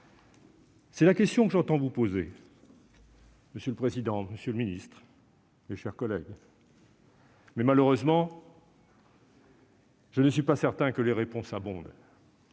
C'est la question que j'entends vous poser, monsieur le président, monsieur le ministre, mes chers collègues. Malheureusement, je ne suis pas certain que les réponses abondent.